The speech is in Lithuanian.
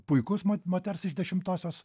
puikus mot moters iš dešimtosios